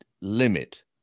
limit